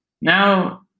Now